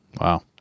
Wow